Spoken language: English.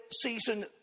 season